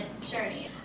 journey